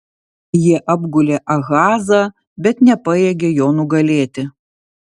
jie apgulė ahazą bet nepajėgė jo nugalėti